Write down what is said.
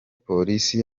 polisi